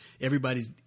everybody's